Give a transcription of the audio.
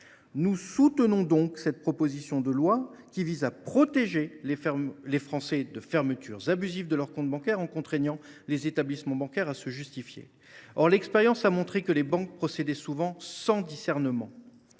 Nous soutenons donc cette proposition de loi, qui tend à protéger les Français de la fermeture abusive de leur compte bancaire en contraignant les établissements bancaires à se justifier. Or l’expérience a montré que les banques procédaient souvent sans discernement.